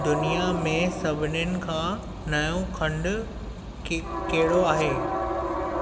दुनिया में सभिनीनि खां नयो खंड के कहिड़ो आहे